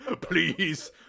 Please